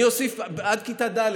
אני אוסיף עד כיתה ד',